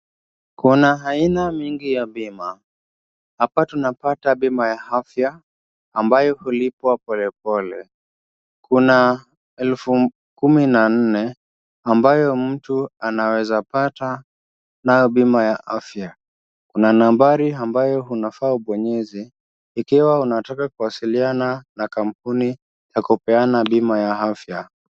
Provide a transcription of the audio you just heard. Kuna aina mingi ya bima, hapa tunapata bima ya afya ambayo hulipwa polepole, kuna elfu kumi na nne ambayo mtu anaweza pata nayo bima ya afya, kuna nambari ambayo unafaa ubonyeze ukiwa unataka kwasilisha na watu wa kampuni ya kupeana bima ya afya.